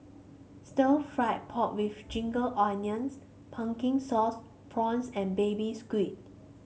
Stir Fried Pork with Ginger Onions Pumpkin Sauce Prawns and Baby Squid